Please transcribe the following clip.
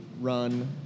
run